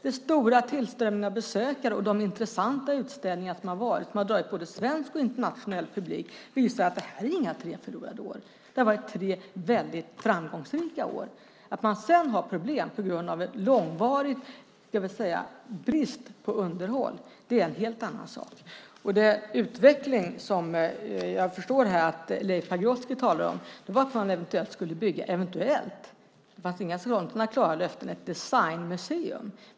Den stora tillströmningen av besökare och de intressanta utställningar som har varit har dragit både svensk och internationell publik visar att det inte är tre förlorade år. Det har varit tre väldigt framgångsrika år. Att man sedan har problem på grund av långvarig brist på underhåll är en helt annan sak. Den utveckling som jag förstår att Leif Pagrotsky här talar om var att man eventuellt, fastän det inte fanns några klara löften, skulle bygga ett designmuseum.